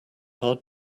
hard